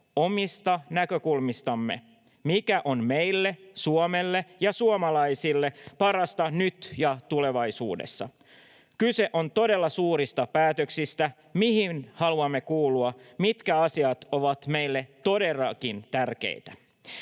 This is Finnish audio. omista näkökulmistamme, mikä on meille, Suomelle ja suomalaisille, parasta nyt ja tulevaisuudessa. Kyse on todella suurista päätöksistä: mihin haluamme kuulua, mitkä asiat ovat meille todellakin tärkeitä?